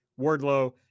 Wardlow